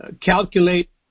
calculate